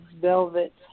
velvet